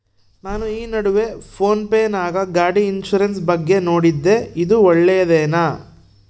ನಾನು ಈ ನಡುವೆ ಫೋನ್ ಪೇ ನಾಗ ಗಾಡಿ ಇನ್ಸುರೆನ್ಸ್ ಬಗ್ಗೆ ನೋಡಿದ್ದೇ ಇದು ಒಳ್ಳೇದೇನಾ?